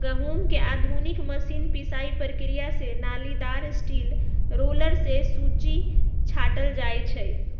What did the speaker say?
गहुँम के आधुनिक मशीन पिसाइ प्रक्रिया से नालिदार स्टील रोलर से सुज्जी छाटल जाइ छइ